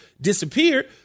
disappeared